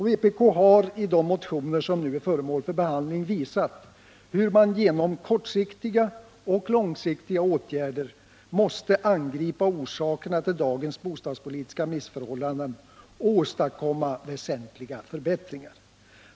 Vpk har i de motioner som nu är föremål för behandling visat hur man genom kortsiktiga och långsiktiga åtgärder måste angripa orsakerna till dagens bostadspolitiska missförhållanden och åstadkomma väsentliga förbättringar.